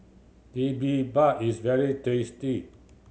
bibimbap is very tasty